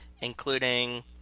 including